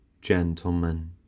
gentlemen